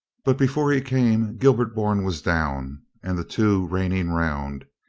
but before he came, gilbert bourne was down and the two reining round.